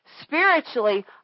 Spiritually